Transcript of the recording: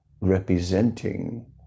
representing